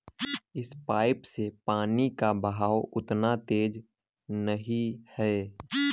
इस पाइप से पानी का बहाव उतना तेज नही है